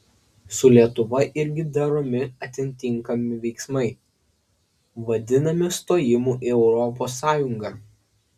su lietuva irgi daromi atitinkami veiksmai vadinami stojimu į europos sąjungą